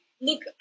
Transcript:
Look